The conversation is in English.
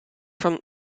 from